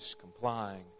complying